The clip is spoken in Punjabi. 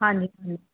ਹਾਂਜੀ ਹਾਂਜੀ